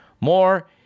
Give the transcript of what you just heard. More